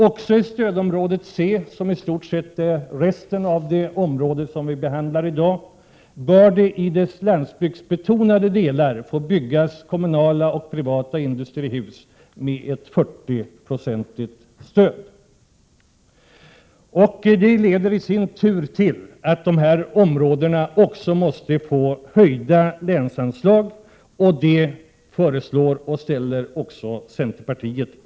Också i stödområde C, somi stort sett omfattar resten av det område som behandlas här i dag, bör det i de landsbygdsbetonade delarna få byggas kommunala och privata industrihus med ett 40-procentigt stöd. Detta leder i sin tur till att dessa områden måste få höjda länsanslag, vilket centerpartiet föreslår och ställer sig bakom.